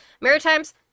Maritimes